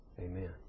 Amen